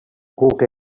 guk